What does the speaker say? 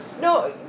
No